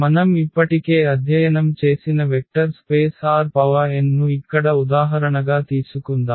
మనం ఇప్పటికే అధ్యయనం చేసిన వెక్టర్ స్పేస్ Rn ను ఇక్కడ ఉదాహరణగా తీసుకుందాం